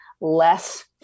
less